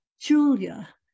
Julia